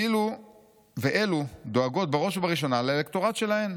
ואלו דואגות בראש ובראשונה לאלקטורט שלהן,